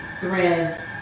threads